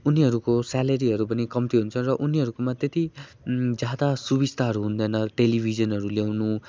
उनीहरूको स्यालेरीहरू पनि कम्ती हुन्छ उनीहरूकोमा त्यति ज्यादा सुविस्ताहरू हुँदैन टेलिभिजनहरू ल्याउनु